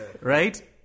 right